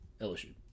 LSU